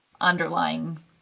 underlying